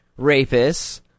rapists